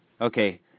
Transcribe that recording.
Okay